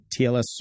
TLS